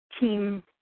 team